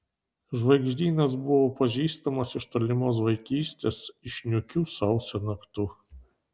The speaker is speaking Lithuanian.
žvaigždynas buvo pažįstamas iš tolimos vaikystės iš niūkių sausio naktų